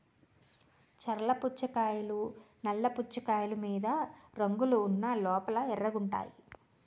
చర్ల పుచ్చకాయలు నల్ల పుచ్చకాయలు మీద రంగులు ఉన్న లోపల ఎర్రగుంటాయి